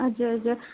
हजुर हजुर